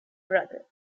brother